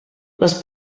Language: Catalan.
les